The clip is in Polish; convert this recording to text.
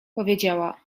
powiedziała